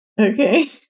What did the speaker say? Okay